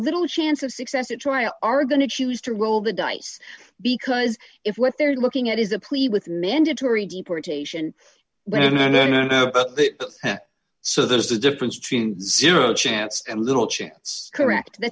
little chance of success at trial are going to choose to roll the dice because if what they're looking at is a plea with mandatory deportation so there's a difference between zero chance and little chance correct